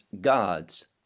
God's